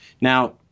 Now